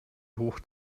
hoch